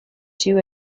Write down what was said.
two